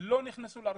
לא נכנסו לרשימות.